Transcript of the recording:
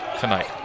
tonight